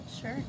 Sure